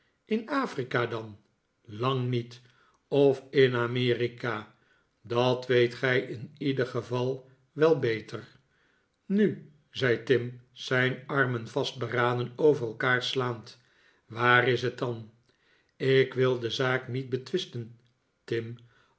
in afrika dan lang niet of in amerika dat weet gij in ieder geval wel beter nu zei tim zijn armen vastberaden over elkaar slaand waar is het dan ik wil de zaak niet betwisten tim